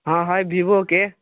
हँ हइ बीबोके